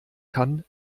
kann